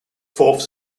forth